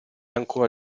ancora